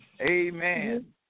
Amen